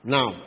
Now